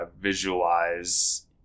visualize